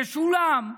זה שולם.